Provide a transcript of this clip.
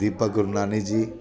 Deepak Gurnani जी